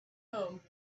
home